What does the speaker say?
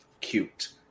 cute